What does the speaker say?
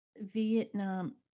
Vietnam